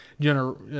general